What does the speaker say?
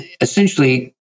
essentially